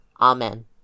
Amen